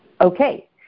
Okay